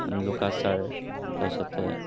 লোকাচাৰ তাৰপিছতে